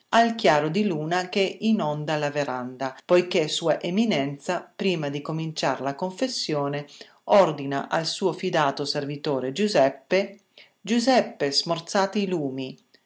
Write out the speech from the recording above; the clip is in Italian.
chiaro di luna che inonda la veranda poiché sua eminenza prima di cominciar la confessione ordina al suo fidato servitore giuseppe giuseppe smorzate i lumi